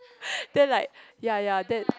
then like ya ya then